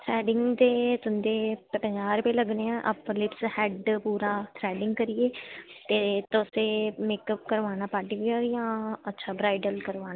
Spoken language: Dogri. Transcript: थ्रेडिंग दे तुंदे पंजाह् रपे लग्गने आ अपलिप हेड बगैरा पूरा करियै एह् तुसें मेकअप कराना जां ब्राईडल कराना